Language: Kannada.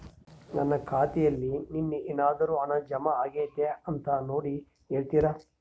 ನನ್ನ ಖಾತೆಯಲ್ಲಿ ನಿನ್ನೆ ಏನಾದರೂ ಹಣ ಜಮಾ ಆಗೈತಾ ಅಂತ ನೋಡಿ ಹೇಳ್ತೇರಾ?